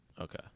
Okay